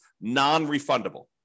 non-refundable